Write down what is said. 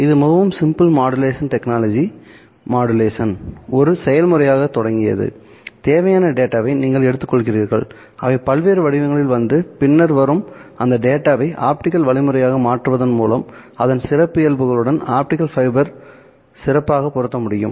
இது மிகவும் simple modulation technology modulation ஒரு செயல்முறையாகத் தொடங்கியது தேவையான டேட்டாவை நீங்கள் எடுத்துக்கொள்கிறீர்கள் அவை பல்வேறு வடிவங்களில் வந்து பின்னர் வரும் அந்த டேட்டாவை ஆப்டிகல் வழிமுறையாக மாற்றுவதன் மூலம் அதன் சிறப்பியல்புகளுடன் ஆப்டிகல் ஃபைபர் சிறப்பாக பொருந்த முடியும்